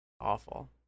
awful